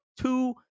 two